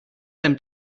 them